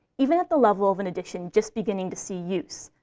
even at the level of an edition just beginning to see use,